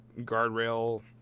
guardrail